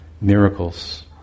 miracles